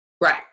Right